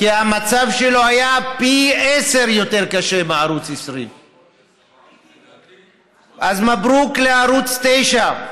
כי המצב שלו היה פי עשרה יותר קשה משל ערוץ 20. אז מברוכ לערוץ 9,